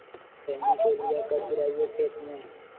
खैनी के बिया कब गिराइये खेत मे?